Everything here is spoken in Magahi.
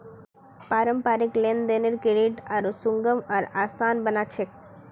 पारस्परिक लेन देनेर क्रेडित आरो सुगम आर आसान बना छेक